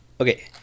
Okay